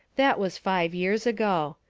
that was five years ago.